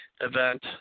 event